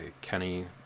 Kenny